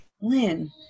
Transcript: Lynn